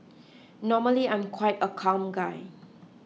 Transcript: normally I'm quite a calm guy